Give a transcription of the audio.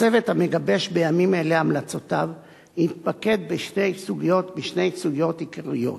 הצוות המגבש בימים אלה המלצותיו התמקד בשתי סוגיות עיקריות,